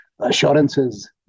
assurances